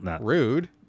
rude